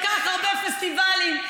כי אני לא אסע לכל מקום, ואני